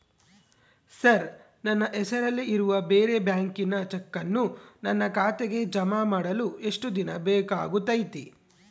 Sir ನನ್ನ ಹೆಸರಲ್ಲಿ ಇರುವ ಬೇರೆ ಬ್ಯಾಂಕಿನ ಚೆಕ್ಕನ್ನು ನನ್ನ ಖಾತೆಗೆ ಜಮಾ ಮಾಡಲು ಎಷ್ಟು ದಿನ ಬೇಕಾಗುತೈತಿ?